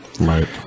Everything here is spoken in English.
Right